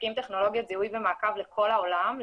מספקים טכנולוגיות זיהוי ומעקב לכל העולם,